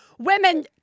Women